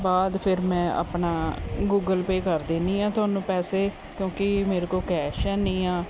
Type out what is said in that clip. ਬਾਅਦ ਫਿਰ ਮੈਂ ਆਪਣਾ ਗੂਗਲ ਪੇ ਕਰ ਦਿੰਦੀ ਹਾਂ ਤੁਹਾਨੂੰ ਪੈਸੇ ਕਿਉਂਕਿ ਮੇਰੇ ਕੋਲ ਕੈਸ਼ ਹੈ ਨਹੀਂ ਆ